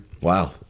wow